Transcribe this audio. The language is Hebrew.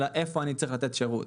אלא איפה אני צריך לתת שירות.